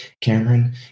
cameron